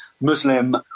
Muslim